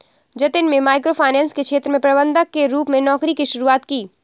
जतिन में micro finance के क्षेत्र में प्रबंधक के रूप में नौकरी की शुरुआत की